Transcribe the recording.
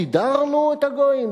סידרנו את הגויים,